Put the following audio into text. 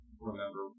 remember